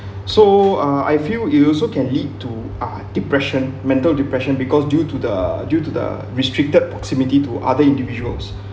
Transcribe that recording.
so uh I feel it also can lead to uh depression mental depression because due to the due to the restricted proximity to other individuals